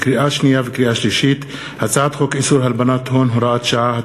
לקריאה שנייה וקריאה שלישית: הצעת חוק איסור הלבנת הון (הוראת שעה),